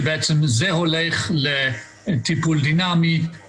להכרה ושאצל חלק נכבד מהם הטראומטיזציה